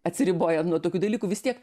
atsiribojant nuo tokių dalykų vis tiek